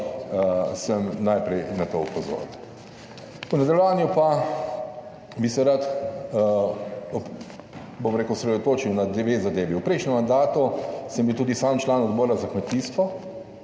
sem najprej na to opozoril. V nadaljevanju pa bi se rad, bom rekel, osredotočil na dve zadevi. V prejšnjem mandatu sem bil tudi sam član Odbora za kmetijstvo